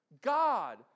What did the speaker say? God